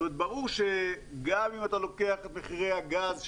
זאת אומרת שברור שגם אם אתה לוקח את מחירי הגז שירדו,